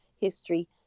history